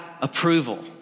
approval